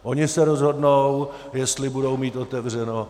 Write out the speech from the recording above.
Oni se rozhodnou, jestli budou mít otevřeno.